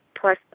Plus